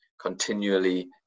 continually